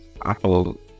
Apple